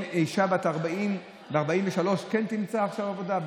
אישה בת 40 או 43 שכן תמצא עכשיו עבודה?